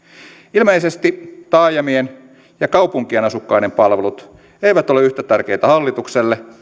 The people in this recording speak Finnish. ilmeisesti taajamien ja kaupunkien asukkaiden palvelut eivät ole yhtä tärkeitä hallitukselle